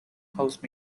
host